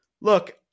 look